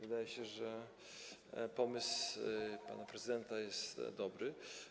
Wydaje się, że pomysł pana prezydenta jest dobry.